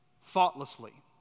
thoughtlessly